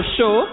Show